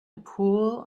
pool